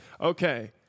Okay